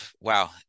wow